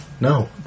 No